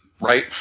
Right